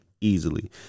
easily